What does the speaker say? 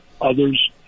others